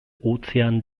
ozean